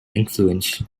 influence